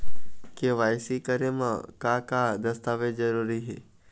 KYC करे म का का दस्तावेज जरूरी हे?